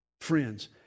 Friends